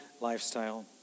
lifestyle